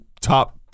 top